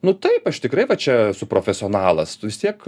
nu taip aš tikrai va čia esu profesionalas tu vis tiek